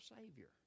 Savior